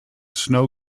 snow